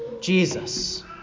Jesus